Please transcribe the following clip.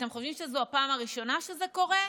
אתם חושבים שזו הפעם הראשונה שזה קורה?